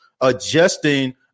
adjusting